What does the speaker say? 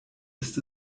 ist